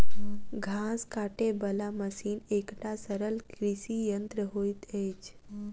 घास काटय बला मशीन एकटा सरल कृषि यंत्र होइत अछि